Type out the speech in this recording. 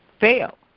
fail